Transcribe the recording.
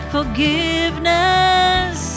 Forgiveness